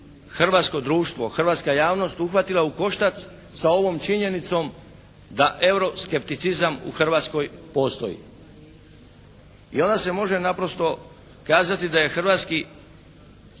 hrvatsko društvo, hrvatska javnost uhvatila u koštac sa ovom činjenicom da euro skepticizam u Hrvatskoj postoji. I onda se naprosto može kazati da je hrvatski